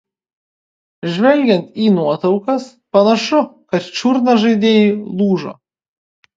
žvelgiant į nuotraukas panašu kad čiurna žaidėjui lūžo